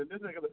अ